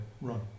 run